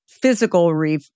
physical